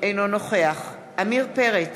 אינו נוכח עמיר פרץ,